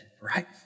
right